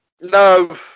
No